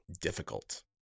difficult